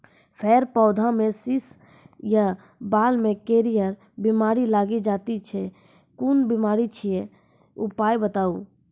फेर पौधामें शीश या बाल मे करियर बिमारी लागि जाति छै कून बिमारी छियै, उपाय बताऊ?